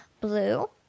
blue